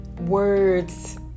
words